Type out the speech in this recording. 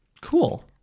Cool